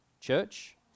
church